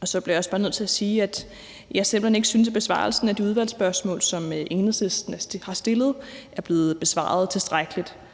Og så bliver jeg også bare nødt til at sige, at jeg simpelt hen ikke synes, at de udvalgsspørgsmål, som Enhedslisten har stillet, er blevet besvaret tilstrækkeligt.